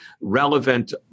relevant